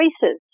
choices